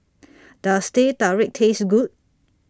Does Teh Tarik Taste Good